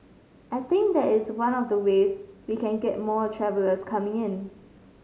I think that is one of the ways we can get more travellers coming in